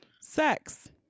sex